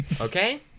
Okay